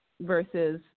versus